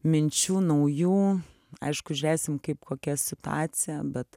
minčių naujų aišku žiūrėsim kaip kokia situacija bet